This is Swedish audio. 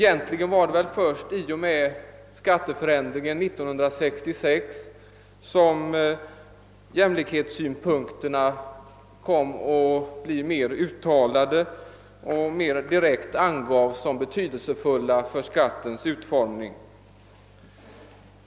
Det var egentligen först i och med skatteförändringen 1966 som jämlikhetssynpunkterna kom att bli mera uttalade och mera direkt angavs som motivering för skattens utformning.